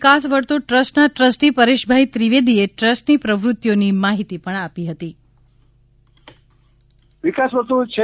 વિકાસ વર્તુળ ટ્રસ્ટના ટ્રસ્ટી પરેશભાઇ ત્રિવેદીએ ટ્રસ્ટની પ્રવૃત્તિઓની માહિતી આપી છે